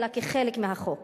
אלא כחלק מהחוק.